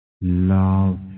Love